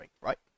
right